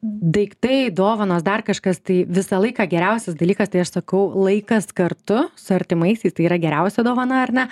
daiktai dovanos dar kažkas tai visą laiką geriausias dalykas tai aš sakau laikas kartu su artimaisiais tai yra geriausia dovana ar ne